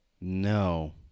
No